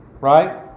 Right